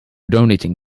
donating